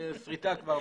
זה שריטה כבר.